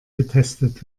getestet